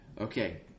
Okay